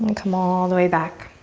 come all the way back.